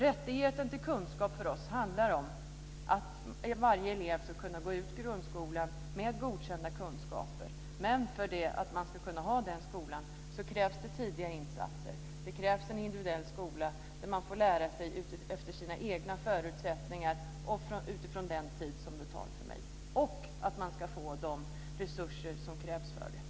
Rättigheten till kunskap handlar för oss om att varje elev ska kunna gå ut grundskolan med godkända betyg, men för att man ska kunna ha en sådan skola krävs det tidiga insatser. Det krävs en individuell skola där eleverna får lära sig utifrån sina egna förutsättningar och utifrån den tid som det tar. Dessutom måste man få de resurser som krävs för detta.